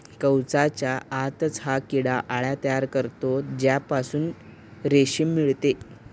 कवचाच्या आतच हा किडा अळ्या तयार करतो ज्यापासून रेशीम मिळते